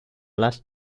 last